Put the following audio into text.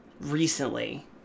recently